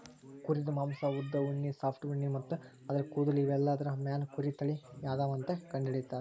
ಕುರಿದ್ ಮಾಂಸಾ ಉದ್ದ್ ಉಣ್ಣಿ ಸಾಫ್ಟ್ ಉಣ್ಣಿ ಮತ್ತ್ ಆದ್ರ ಕೂದಲ್ ಇವೆಲ್ಲಾದ್ರ್ ಮ್ಯಾಲ್ ಕುರಿ ತಳಿ ಯಾವದಂತ್ ಕಂಡಹಿಡಿತರ್